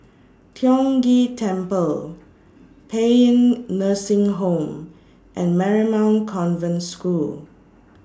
Tiong Ghee Temple Paean Nursing Home and Marymount Convent School